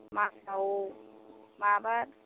मासाव माबा